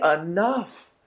enough